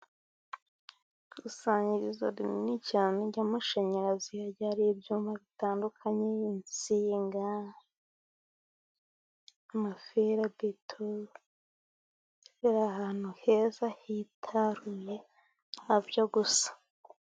Ikusanyirizo rinini cyane ry'amashanyarazi, hagiye hari ibyuma bitandukanye. Insinga, amaferabeto, biri ahantu heza hitaruye habyo gusa.